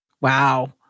Wow